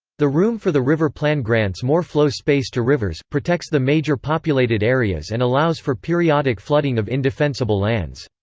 the room for the river plan grants more flow space to rivers, protects the major populated areas and allows for periodic flooding of indefensible lands.